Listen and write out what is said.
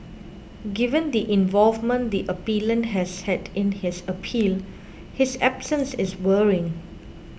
given the involvement the appellant has had in his appeal his absence is worrying